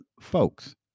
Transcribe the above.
folks